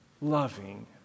loving